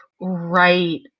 right